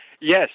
Yes